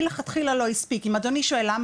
מלכתחילה לא הספיק אם אדוני שואל למה